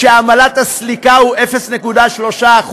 שעמלת הסליקה היא 0.3%?